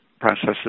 processes